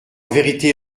vérité